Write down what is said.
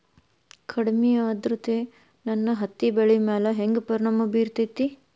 ಕಡಮಿ ಆದ್ರತೆ ನನ್ನ ಹತ್ತಿ ಬೆಳಿ ಮ್ಯಾಲ್ ಹೆಂಗ್ ಪರಿಣಾಮ ಬಿರತೇತಿ?